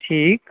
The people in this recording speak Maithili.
ठीक